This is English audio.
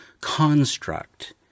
construct